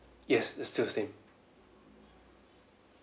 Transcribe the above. yes it's still the same